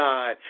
God